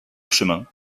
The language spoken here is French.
chemins